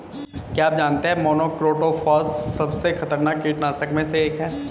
क्या आप जानते है मोनोक्रोटोफॉस सबसे खतरनाक कीटनाशक में से एक है?